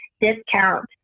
discount